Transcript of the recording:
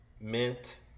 mint